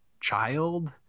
child